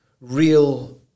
real